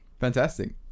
Fantastic